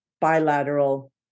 bilateral